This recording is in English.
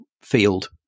field